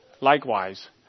Likewise